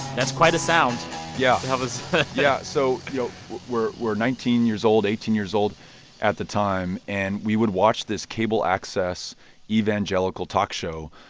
that's quite a sound yeah, that was yeah. so, you know, we're we're nineteen years old, eighteen years old at the time. and we would watch this cable access evangelical talk show.